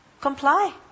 comply